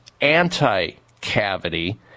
anti-cavity